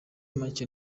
make